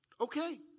okay